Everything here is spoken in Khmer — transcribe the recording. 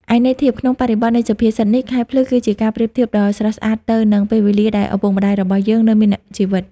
ឯន័យធៀប ក្នុងបរិបទនៃសុភាសិតនេះ ខែភ្លឺ គឺជាការប្រៀបធៀបដ៏ស្រស់ស្អាតទៅនឹង ពេលវេលាដែលឪពុកម្តាយរបស់យើងនៅមានជីវិត។